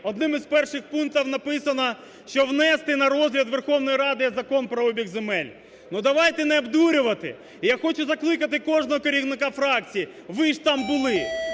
одним із перших пунктів написано, що внести на розгляд Верховної Ради Закон про обіг земель. Ну давайте не обдурювати! І я хочу закликати кожного керівника фракції: ви ж там були,